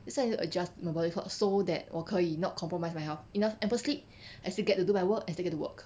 that's why need to adjust my body clock so that 我可以 not compromise my health enough ample sleep I still get to do my work I still get to work